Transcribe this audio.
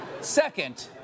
Second